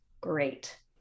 great